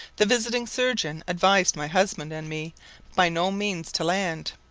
the visiting surgeon advised my husband and me by no means to land,